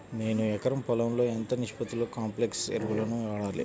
నేను ఎకరం పొలంలో ఎంత నిష్పత్తిలో కాంప్లెక్స్ ఎరువులను వాడాలి?